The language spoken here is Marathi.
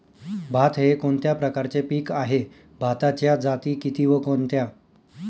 भात हे कोणत्या प्रकारचे पीक आहे? भाताच्या जाती किती व कोणत्या?